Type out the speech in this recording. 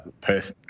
Perth